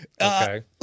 Okay